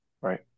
Right